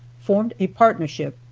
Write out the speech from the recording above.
formed a partnership,